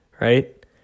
right